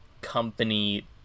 company